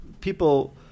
people